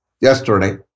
yesterday